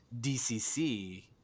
dcc